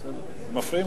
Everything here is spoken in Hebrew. כמו כן, מבקשים